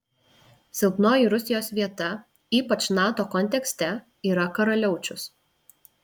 silpnoji rusijos vieta ypač nato kontekste yra karaliaučius